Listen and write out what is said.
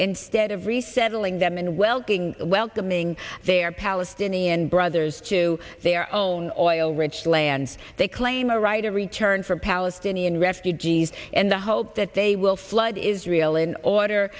instead of resettling them in welcoming welcoming their palestinian brothers to their own oil rich lands they claim a right of return for palestinian refugees and the hope that they will flood israel in order